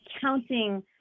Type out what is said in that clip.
counting